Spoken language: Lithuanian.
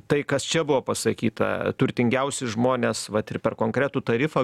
tai kas čia buvo pasakyta turtingiausi žmonės vat ir per konkretų tarifą